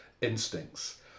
instincts